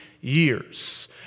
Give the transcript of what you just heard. years